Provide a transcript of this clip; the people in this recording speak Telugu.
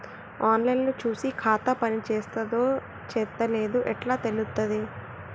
ఆన్ లైన్ లో చూసి ఖాతా పనిచేత్తందో చేత్తలేదో ఎట్లా తెలుత్తది?